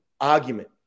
argument